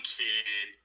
kid